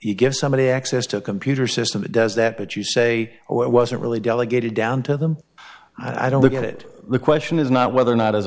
you give somebody access to a computer system that does that but you say oh it wasn't really delegated down to them i don't look at it the question is not whether or not as a